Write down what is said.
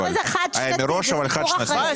19' היה מראש, אבל חד שנתי.